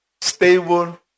stable